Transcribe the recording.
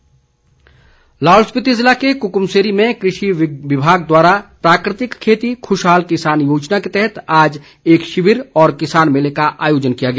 शिविर लाहौल स्पीति जिले के कुकुमसेरी में कृषि विभाग द्वारा प्राकृतिक खेती खुशहाल किसान योजना के तहत आज एक शिविर व किसान मेले का आयोजन किया गया